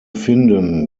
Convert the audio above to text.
finden